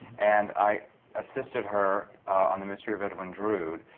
and i assisted her on the mystery of edwin drood.